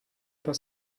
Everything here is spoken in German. über